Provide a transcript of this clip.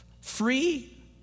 free